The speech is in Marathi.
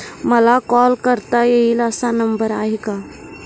मला कॉल करता येईल असा नंबर आहे का?